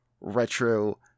retro